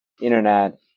internet